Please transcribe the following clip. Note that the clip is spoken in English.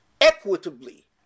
equitably